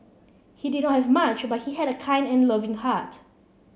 he did not have much but he had a kind and loving heart